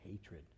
hatred